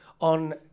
on